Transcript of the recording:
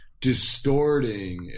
distorting